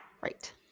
Right